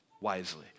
wisely